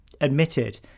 admitted